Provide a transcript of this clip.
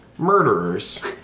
Murderers